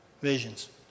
visions